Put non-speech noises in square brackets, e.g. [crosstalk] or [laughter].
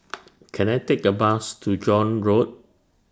[noise] Can I Take A Bus to John Road